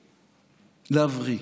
להבריא.